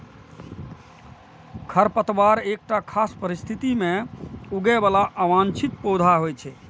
खरपतवार एकटा खास परिस्थिति मे उगय बला अवांछित पौधा होइ छै